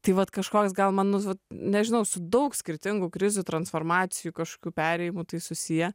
tai vat kažkoks gal man nu vat nežinau su daug skirtingų krizių transformacijų kažkokių perėjimų tai susiję